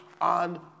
on